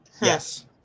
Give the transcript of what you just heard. Yes